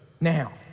Now